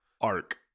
arc